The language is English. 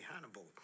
Hannibal